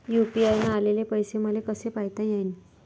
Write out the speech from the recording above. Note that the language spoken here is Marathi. यू.पी.आय न आलेले पैसे मले कसे पायता येईन?